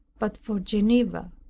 but for geneva.